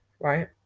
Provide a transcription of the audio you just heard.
right